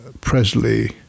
Presley